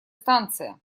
станция